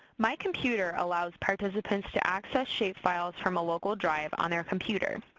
my computer allows participants to access shapefiles from a local drive on their computer.